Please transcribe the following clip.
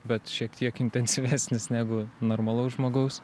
bet šiek tiek intensyvesnis negu normalaus žmogaus